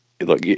look